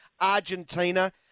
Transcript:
Argentina